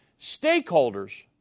stakeholders